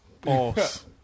Boss